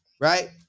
right